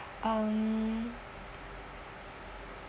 um